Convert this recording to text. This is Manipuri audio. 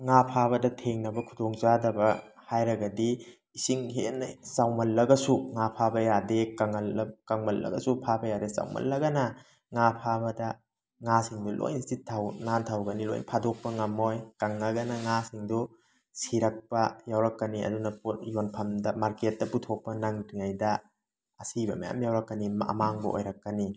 ꯉꯥ ꯐꯥꯕꯗ ꯊꯦꯡꯅꯕ ꯈꯨꯗꯣꯡ ꯆꯥꯗꯕ ꯍꯥꯏꯔꯒꯗꯤ ꯏꯁꯤꯡ ꯍꯦꯟꯅ ꯆꯥꯎꯃꯜꯂꯒꯁꯨ ꯉꯥ ꯐꯥꯕ ꯌꯥꯗꯦ ꯀꯪꯃꯜꯂꯒꯁꯨ ꯐꯥꯕ ꯌꯥꯗꯦ ꯆꯥꯎꯃꯜꯂꯒꯅ ꯉꯥ ꯐꯥꯕꯗ ꯉꯥꯁꯤꯡꯗꯨ ꯂꯣꯏ ꯆꯤꯠꯊꯍꯧꯕ ꯅꯥꯟꯊꯍꯧꯒꯅꯤ ꯂꯣꯏ ꯐꯥꯗꯣꯛꯄ ꯉꯝꯃꯣꯏ ꯀꯪꯉꯒꯅ ꯉꯥꯁꯤꯡꯗꯨ ꯁꯤꯔꯛꯄ ꯌꯥꯎꯔꯛꯀꯅꯤ ꯑꯗꯨꯅ ꯄꯣꯠ ꯌꯣꯟꯐꯝꯗ ꯃꯥꯔꯀꯦꯠꯇ ꯄꯨꯊꯣꯛꯄ ꯅꯪꯗ꯭ꯔꯤꯉꯩꯗ ꯑꯁꯤꯕ ꯃꯌꯥꯝ ꯌꯥꯎꯔꯛꯀꯅꯤ ꯑꯃꯥꯡꯕ ꯑꯣꯏꯔꯛꯀꯅꯤ